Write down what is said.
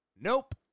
Nope